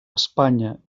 espanya